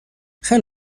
خیلی